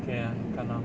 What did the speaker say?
okay ah 看 lor